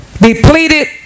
depleted